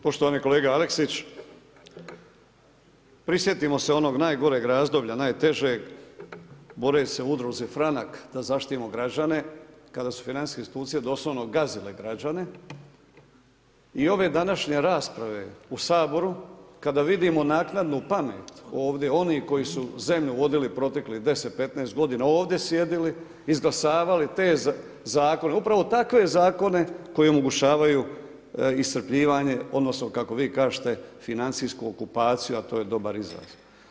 Poštovani kolega Aleksić, prisjetimo se onog najgoreg razdoblja, najtežeg boreći se u Udruzi franak da zaštitimo građane, kada su financijske institucije doslovno gazile građane i ove današnje rasprave u Saboru kada vidimo naknadnu pamet ovdje onih koji su zemlju vodili 10, 15 godina ovdje sjedili, izglasavali te zakone, upravo takve zakone koji omogućavaju iscrpljivanje, odnosno kako vi kažete financijsku okupaciju, a to je dobar izraz.